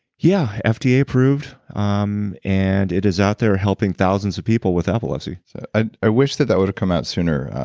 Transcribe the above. yeah, fda yeah approved. um and it is out there helping thousands of people with epilepsy i i wish that that would've come out sooner.